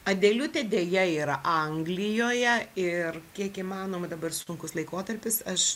adeliutė deja yra anglijoje ir kiek įmanoma dabar sunkus laikotarpis aš